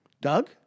Doug